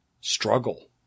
struggle